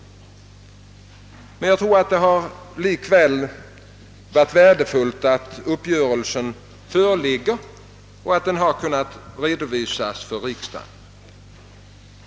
Jag tror ändå det är värdefullt att en uppgörelse kunnat träffas och att den kunnat redovisas för riksdagen.